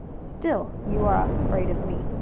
still you are afraid of me.